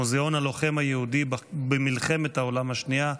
מוזיאון הלוחם היהודי במלחמת העולם השנייה,